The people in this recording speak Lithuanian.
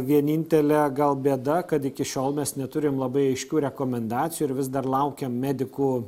vienintelė gal bėda kad iki šiol mes neturim labai aiškių rekomendacijų ir vis dar laukiam medikų